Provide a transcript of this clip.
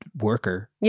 worker